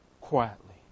quietly